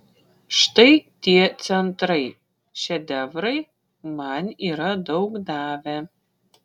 štai tie centrai šedevrai man yra daug davę